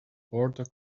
border